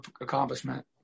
accomplishment